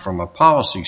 from a policy